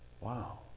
wow